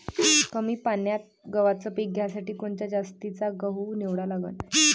कमी पान्यात गव्हाचं पीक घ्यासाठी कोनच्या जातीचा गहू निवडा लागन?